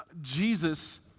Jesus